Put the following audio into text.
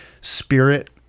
spirit